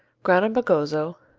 grana bagozzo,